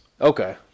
Okay